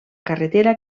carretera